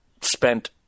spent